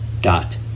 dot